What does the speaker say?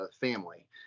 family